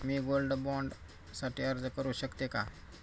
मी gold bond साठी अर्ज करु शकते का?